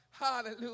Hallelujah